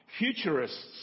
Futurists